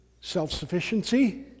self-sufficiency